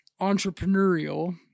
entrepreneurial